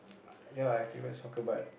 ya I favourite soccer but